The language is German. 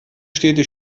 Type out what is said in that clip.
städte